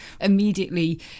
Immediately